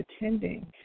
attending